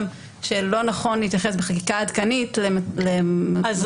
שלא נכון להתייחס בחקיקה עדכנית --- מה